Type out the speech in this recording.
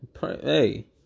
hey